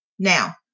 Now